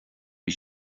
bhí